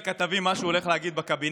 לכתבים את מה שהוא הולך להגיד בקבינט.